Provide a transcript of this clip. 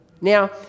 Now